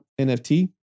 NFT